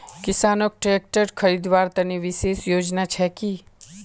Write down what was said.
किसानोक ट्रेक्टर खरीदवार तने विशेष योजना छे कि?